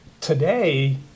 Today